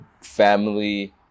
family